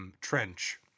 Trench